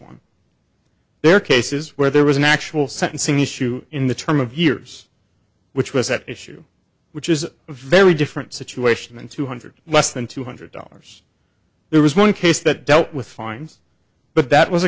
one there are cases where there was an actual sentencing issue in the term of years which was at issue which is a very different situation than two hundred less than two hundred dollars there was one case that dealt with fines but that was